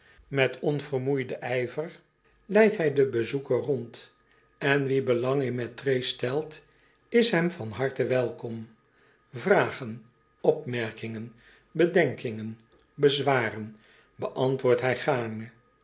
met onvermoeiden ijver leidt hij den bezoeker rond en wie belang in mettray stelt is hem van harte welkom vragen opmerkingen bedenkingen bezwaren beantwoordt hij gaarne